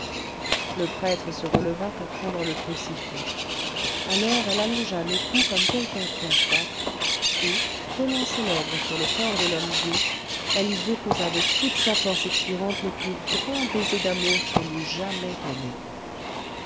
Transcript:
le prêtre se releva pour prendre le crucifix alors elle allongea le cou comme quelqu'un qui a soif et collant ses lèvres sur le corps de lhomme dieu elle y déposa de toute sa force expirante le plus grand baiser d'amour qu'elle eût jamais donné